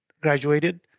graduated